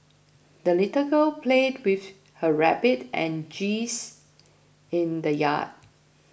the little girl played with her rabbit and geese in the yard